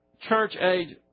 church-age